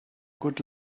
good